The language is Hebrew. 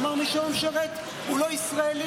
הוא אמר: מי שלא משרת הוא לא ישראלי,